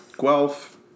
Guelph